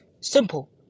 Simple